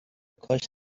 کاشت